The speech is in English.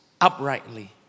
uprightly